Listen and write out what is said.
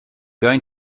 going